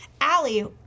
Allie